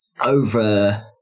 over